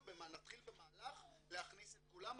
נתחיל במהלך להכניס את כולם.